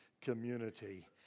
community